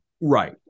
Right